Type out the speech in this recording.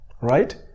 right